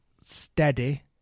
steady